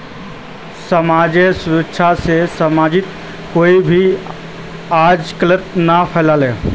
समाजेर सुरक्षा से समाजत कोई भी अराजकता ना फैले